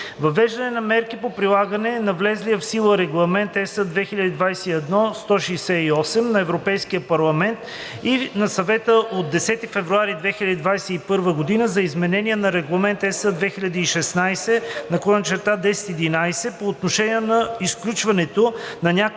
Въвеждането на мерки по прилагането на влезлия в сила Регламент (ЕС) 2021/168 на Европейския парламент и на Съвета от 10 февруари 2021 г. за изменение на Регламент (ЕС) 2016/1011 по отношение на изключването на някои